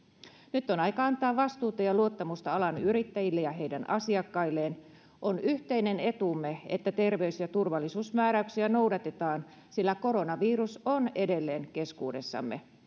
nyt on aika antaa vastuuta ja luottamusta alan yrittäjille ja heidän asiakkailleen on yhteinen etumme että terveys ja turvallisuusmääräyksiä noudatetaan sillä koronavirus on edelleen keskuudessamme